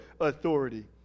authority